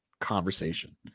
conversation